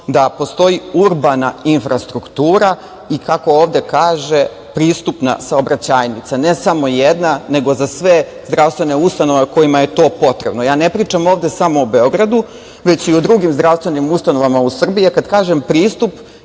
da postoji urbana infrastruktura i, kako ovde kaže, pristupna saobraćajnica. Ne samo jedna, nego za sve zdravstvene ustanove kojima je to potrebno. Ne pričam ovde samo o Beogradu, već i o drugim zdravstvenim ustanovama u Srbiji. A kad kažem – pristup,